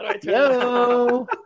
Hello